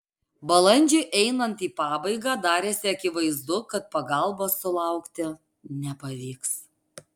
balandžiui einant į pabaigą darėsi akivaizdu kad pagalbos sulaukti nepavyks